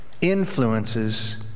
influences